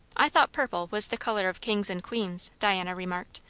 i thought purple was the colour of kings and queens, diana remarked,